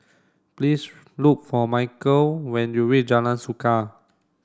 please look for Michel when you reach Jalan Suka